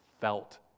felt